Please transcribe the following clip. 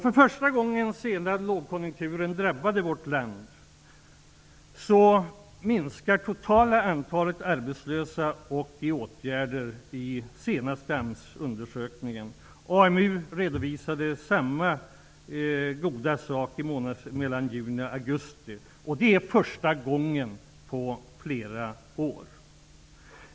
För första gången sedan lågkonjunkturen drabbade vårt land, minskar det totala antalet arbetslösa och antalet människor i åtgärder enligt senaste AMS undersökningen. AMU redovisade samma goda resultat i månadsskiftet juni/augusti. Det är första gången på flera år.